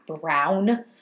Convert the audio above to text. brown